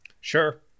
sure